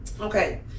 Okay